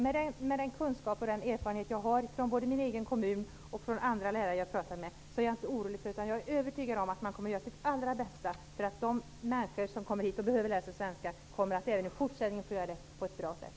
Med den kunskap och erfarenhet jag har från min egen kommun och från andra lärare jag har pratat med, är jag övertygad om att man kommer att göra sitt allra bästa för att de människor som kommer hit och behöver läsa svenska även i fortsättningen skall få göra det på ett bra sätt.